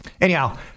Anyhow